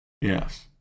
yes